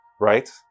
right